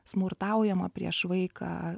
smurtaujama prieš vaiką